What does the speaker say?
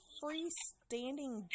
freestanding